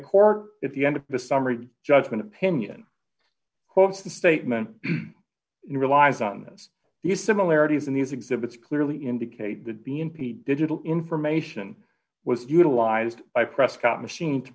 court if the end of the summary judgment opinion of the statement in relies on this the similarities in these exhibits clearly indicate the b n p digital information was utilized by prescott machine to